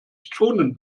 schonen